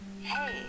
Hey